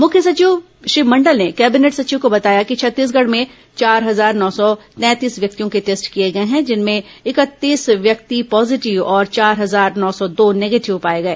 मुख्य सचिव श्री मंडल ने कैबिनेट सचिव को बताया कि छत्तीसगढ़ में चार हजार नौ सौ तैंतीस व्यक्तियों के टेस्ट किए गए हैं जिनमें इकतीस व्यक्ति पॉजीटिव तथा चार हजार नौ सौ दो निगेटिव पाए गए